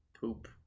Poop